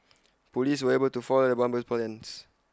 Police were able to foil the bomber's plans